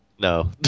No